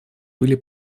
были